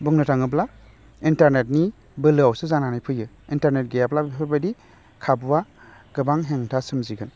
बुंनो थाङोब्ला इन्टारनेटनि बोलोआवसो जानानै फैयो इन्टारनेट गैयाब्ला बेफोरबायदि खाबुआ गोबां हेंथा सोमजिगोन